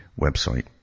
website